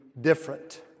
different